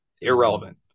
Irrelevant